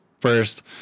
first